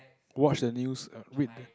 watch the news read